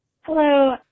Hello